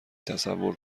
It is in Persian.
تصور